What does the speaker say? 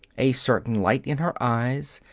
a certain light in her eyes,